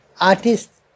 artists